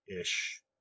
ish